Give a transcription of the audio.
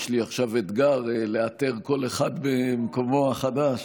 יש לי עכשיו אתגר לאתר כל אחד במקומו החדש.